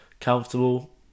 comfortable